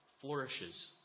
flourishes